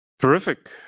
Terrific